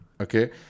Okay